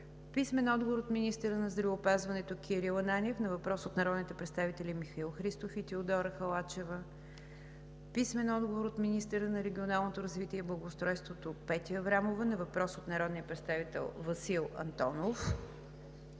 Румен Гечев; - министъра на здравеопазването Кирил Ананиев на въпрос от народните представители Михаил Христов и Теодора Халачева; - министъра на регионалното развитие и благоустройството Петя Аврамова на въпрос от народния представител Васил Антонов;